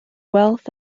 wealth